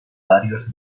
varios